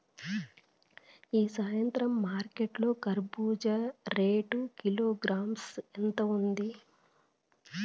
ఈ సాయంత్రం మార్కెట్ లో కర్బూజ రేటు కిలోగ్రామ్స్ ఎంత ఉంది?